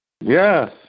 Yes